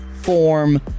form